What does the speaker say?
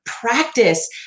practice